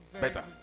Better